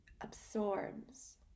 absorbs